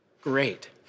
Great